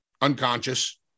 unconscious